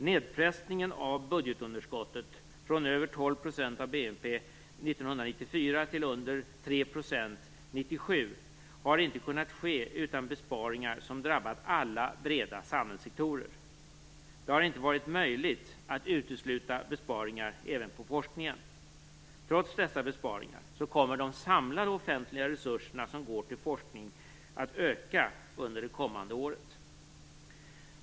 12 % av BNP år 1994 till under 3 % år 1997 har inte kunnat ske utan besparingar som drabbat alla breda samhällssektorer. Det har inte varit möjligt att utesluta besparingar även på forskningen. Trots dessa besparingar kommer de samlade offentliga resurserna som går till forskning att öka under det kommande året.